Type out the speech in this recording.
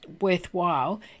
worthwhile